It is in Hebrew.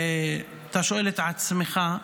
ואתה שואל את עצמך,